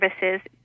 services